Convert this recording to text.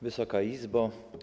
Wysoka Izbo!